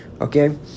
Okay